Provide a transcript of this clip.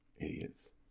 Idiots